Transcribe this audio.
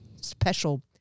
special